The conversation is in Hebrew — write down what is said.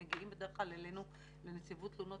הם מגיעים בדרך כלל אלינו לנציבות תלונות